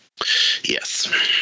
Yes